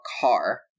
car